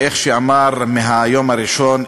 כמו שאמר מהיום הראשון,